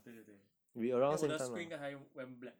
对对对因为我的 screen 刚才 went black